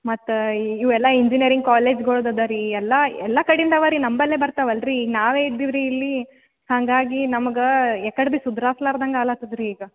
ಮತ್ತು ಇವೆಲ್ಲ ಇಂಜಿನಿಯರಿಂಗ್ ಕಾಲೇಜ್ಗಳ್ದು ಇದೆ ರೀ ಎಲ್ಲ ಎಲ್ಲ ಕಡೆಂದ್ ಇವೆರೀ ನಮ್ಮಲ್ಲೇ ಬರ್ತಾವಲ್ಲ ರೀ ಈಗ ನಾವೇ ಇದ್ದೀವಿ ರೀ ಇಲ್ಲಿ ಹಾಗಾಗಿ ನಮಗೆ ಎಕಡ್ದ ಸುಧ್ರಾಸ್ಲಾರ್ದಂಗೆ ಆಲಾತದ್ ರೀ ಈಗ